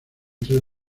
tres